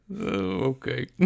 Okay